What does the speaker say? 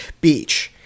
beach